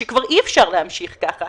שכבר אי אפשר להמשיך ככה,